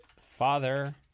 father